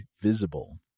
Visible